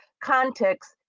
context